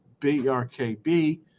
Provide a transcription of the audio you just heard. BRKB